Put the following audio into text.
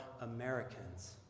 Americans